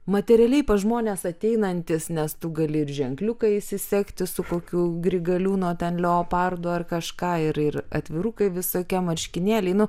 materialiai pas žmones ateinantis nes tu gali ir ženkliuką įsisegti su kokiu grigaliūno ten leopardu ar kažką ir ir atvirukai visokie marškinėliai nu